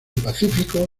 pacífico